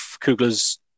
Kugler's